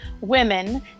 women